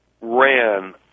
ran